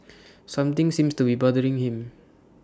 something seems to be bothering him